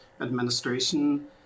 administration